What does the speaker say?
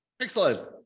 Excellent